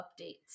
updates